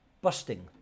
busting